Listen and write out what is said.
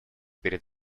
перед